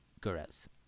Gross